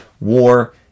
War